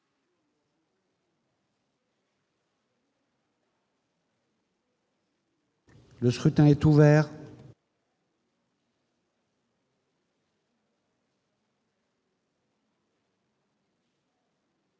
Le scrutin est ouvert.